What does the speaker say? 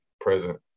present